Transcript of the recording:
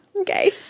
Okay